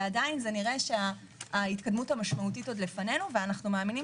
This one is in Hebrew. עדיין זה נראה שההתקדמות המשמעותית עוד לפנינו ואנחנו מאמינים